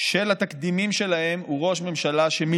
של התקדימים שלהם הוא ראש ממשלה ש-1.3